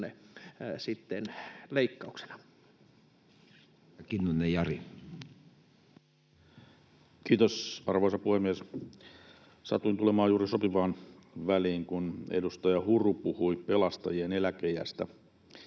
Kiitos, arvoisa puhemies! Satuin tulemaan juuri sopivaan väliin, kun edustaja Huru puhui pelastajien eläkeiästä.